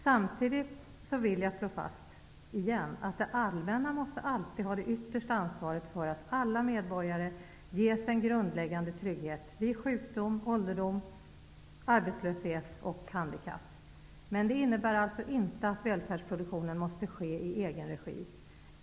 Samtidigt vill jag än en gång slå fast att det allmänna alltid måste ha det yttersta ansvaret för att alla medborgare ges en grundläggande trygghet vid sjukdom, ålderdom, handikapp och arbetslöshet. Men det innebär inte att välfärdsproduktionen måste ske i egen regi.